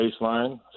baseline